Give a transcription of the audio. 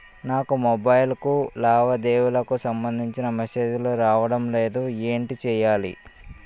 నాకు మొబైల్ కు లావాదేవీలకు సంబందించిన మేసేజిలు రావడం లేదు ఏంటి చేయాలి?